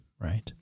right